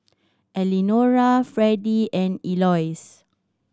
Elenora Fredy and Eloise